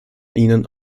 ihnen